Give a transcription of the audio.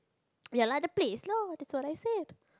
ya lah the place lah that's what I said